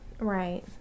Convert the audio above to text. Right